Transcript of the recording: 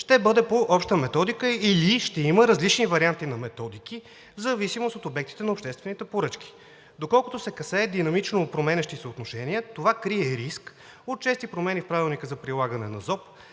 ще бъде по обща методика, или ще има различни варианти на методики в зависимост от обектите на обществените поръчки. Доколкото касае динамично променящи се отношения, това крие риск от чести промени в Правилника за прилагане на ЗОП,